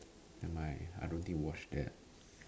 nevermind I don't think you watched that